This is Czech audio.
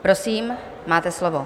Prosím, máte slovo.